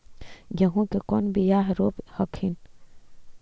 गेहूं के कौन बियाह रोप हखिन?